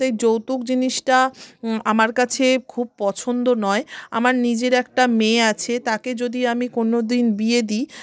তাই যৌতুক জিনিসটা আমার কাছে খুব পছন্দ নয় আমার নিজের একটা মেয়ে আছে তাকে যদি আমি কোনও দিন বিয়ে দিই